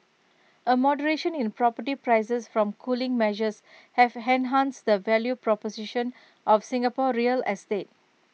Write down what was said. A moderation in property prices from cooling measures have enhanced the value proposition of Singapore real estate